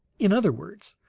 in other words,